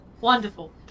Wonderful